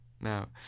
Now